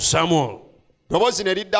Samuel